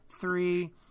three